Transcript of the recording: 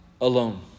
alone